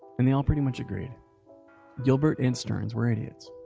and they all pretty much agreed gilbert and stearns were idiots.